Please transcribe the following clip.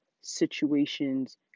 situations